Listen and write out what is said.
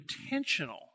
intentional